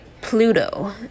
Pluto